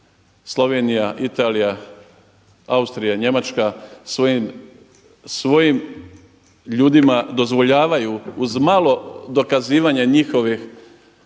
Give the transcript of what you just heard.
Slovenija, Italija, Austrija, Njemačka svojim ljudima dozvoljavaju uz malo dokazivanja njihovog